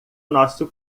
nosso